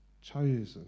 chosen